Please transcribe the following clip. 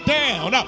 down